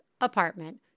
apartment